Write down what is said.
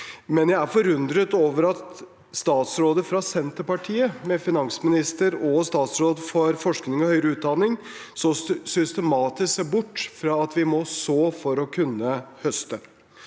men jeg er forundret over at statsråder fra Senterpartiet, med finansminister og statsråd for forskning og høyere utdanning, så systematisk ser bort fra at vi må så for å kunne høste.